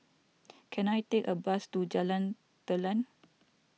can I take a bus to Jalan Telang